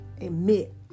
admit